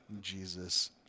Jesus